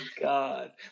God